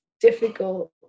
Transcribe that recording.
difficult